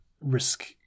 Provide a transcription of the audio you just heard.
risk